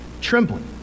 trembling